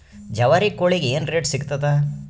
ಜವಾರಿ ಕೋಳಿಗಿ ಏನ್ ರೇಟ್ ಸಿಗ್ತದ?